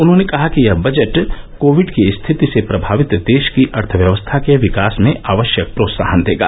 उन्होंने कहा कि यह बजट कोविड की स्थिति से प्रभावित देश की अर्थव्यवस्था के विकास में आवश्यक प्रोत्साहन देगा